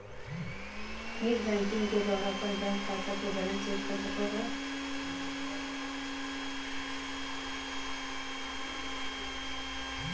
net banking के द्वारा अपन बैंक खाता के बैलेंस चेक कर सको हो